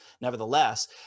nevertheless